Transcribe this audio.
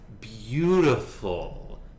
beautiful